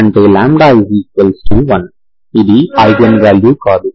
అంటే λ1 ఇది eigenvalue కాదు